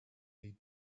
need